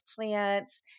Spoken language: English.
plants